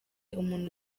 umuntu